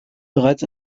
bereits